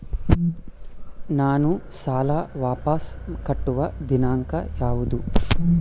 ನಾನು ಸಾಲ ವಾಪಸ್ ಕಟ್ಟುವ ದಿನಾಂಕ ಯಾವುದು?